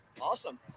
Awesome